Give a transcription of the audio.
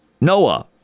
Noah